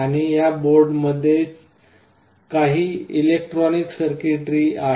आणि या बोर्डमध्येच काही इलेक्ट्रॉनिक सर्किटरी आहे